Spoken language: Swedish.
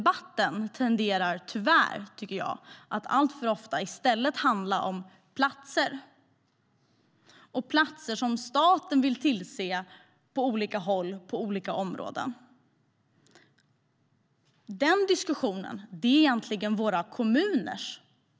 Tyvärr tycker jag att debatten alltför ofta i stället tenderar att handla om antal platser, platser som staten vill tillse på olika håll och på olika områden. Det är egentligen ett ansvar för våra kommuner.